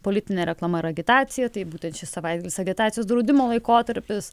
politine reklama ir agitacija tai būtent šis savaitgalis agitacijos draudimo laikotarpis